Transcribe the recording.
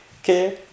Okay